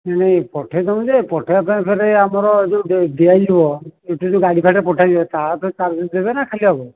ନାଇଁ ନାଇଁ ପଠେଇ ଥାଆନ୍ତୁ ଯେ ପଠେଇବା ପାଇଁ ଫେର୍ ଆମର ଯୋଉ ଦିଆଯିବ ଏଠି ଯୋଉ ଗାଡ଼ିଫାଡ଼ିର ପଠାଯିବ ତା'ପାଇଁ ଚାର୍ଜେସ୍ ଦେବେନା ଖାଲି ହେବ